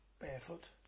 barefoot